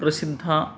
प्रसिद्धा